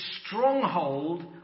stronghold